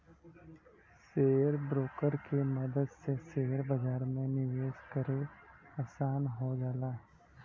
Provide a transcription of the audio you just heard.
share broker के मदद से शेयर बाजार में निवेश करे आसान हो जाला